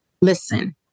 Listen